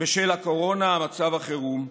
בשל הקורונה ומצב החירום,